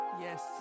yes